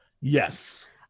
Yes